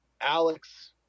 Alex